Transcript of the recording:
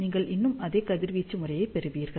நீங்கள் இன்னும் அதே கதிர்வீச்சு முறையைப் பெறுவீர்கள்